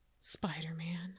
Spider-Man